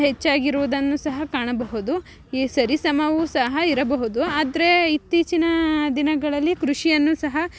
ಹೆಚ್ಚಾಗಿರುವುದನ್ನು ಸಹ ಕಾಣಬಹುದು ಈ ಸರಿಸಮವೂ ಸಹ ಇರಬಹುದು ಆದರೆ ಇತ್ತೀಚಿನ ದಿನಗಳಲ್ಲಿ ಕೃಷಿಯನ್ನು ಸಹ